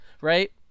right